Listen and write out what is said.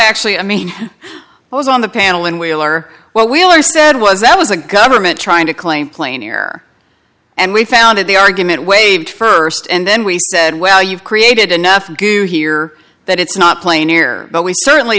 actually i mean i was on the panel and wheeler well wheeler said was that was the government trying to claim plain air and we found it the argument waived first and then we said well you've created enough goo here that it's not play near but we certainly